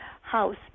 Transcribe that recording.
house